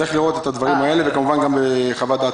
צריך לראות את זה וכמובן גם בחוות דעת רופא.